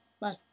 bye